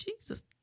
Jesus